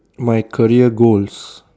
my career goals